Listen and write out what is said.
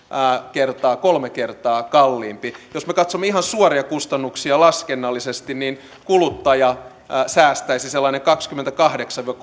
kolme kertaa kalliimpi jos me katsomme ihan suoria kustannuksia laskennallisesti niin kuluttaja säästäisi sellaiset kaksikymmentäkahdeksan